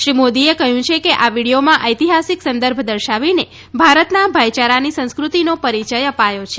શ્રી મોદીએ કહ્યું છે કે આ વિડીયોમાં ઐતિહાસિક સંદર્ભ દર્શાવીને ભારતના ભાઈયારાની સંસ્કૃતિનો પરિચય અપાયો છે